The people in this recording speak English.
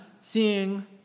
seeing